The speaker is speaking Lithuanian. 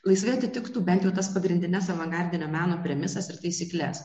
laisvai atitiktų bent jau tas pagrindines avangardinio meno premisas ir taisykles